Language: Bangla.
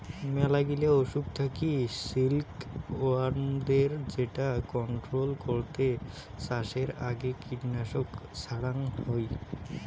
মেলাগিলা অসুখ থাকি সিল্ক ওয়ার্মদের যেটা কন্ট্রোল করতে চাষের আগে কীটনাশক ছড়াঙ হই